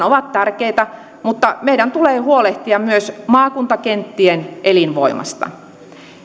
ovat tärkeitä mutta meidän tulee huolehtia myös maakuntakenttien elinvoimasta